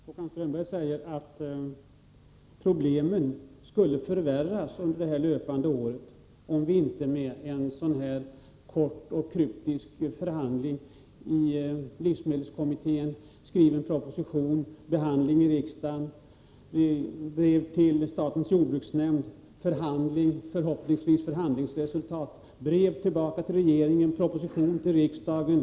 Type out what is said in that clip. Fru talman! Håkan Strömberg säger att problemen skulle förvärras under det löpande året om vi inte åstadkommer en kort och kryptisk förhandling i livsmedelskommittén, skrivande av proposition, behandling i riksdagen, brev till statens jordbruksnämnd, förhandling med förhoppningsvis ett förhandlingsresultat, brev tillbaka till regeringen samt proposition till riksdagen.